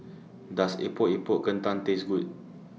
Does Epok Epok Kentang Taste Good